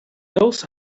also